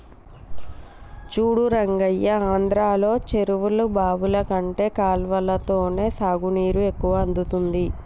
చూడు రంగయ్య ఆంధ్రలో చెరువులు బావులు కంటే కాలవలతోనే సాగునీరు ఎక్కువ అందుతుంది